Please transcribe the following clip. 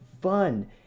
fun